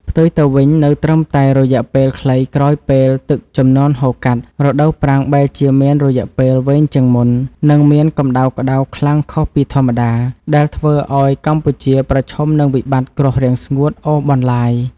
ផ្ទុយទៅវិញ នៅត្រឹមតែរយៈពេលខ្លីក្រោយពេលទឹកជំនន់ហូរកាត់ រដូវប្រាំងបែរជាមានរយៈពេលវែងជាងមុន និងមានកម្ដៅក្ដៅខ្លាំងខុសពីធម្មតា ដែលធ្វើឱ្យកម្ពុជាប្រឈមនឹងវិបត្តិគ្រោះរាំងស្ងួតអូសបន្លាយ។